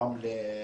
רמלה,